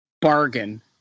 Bargain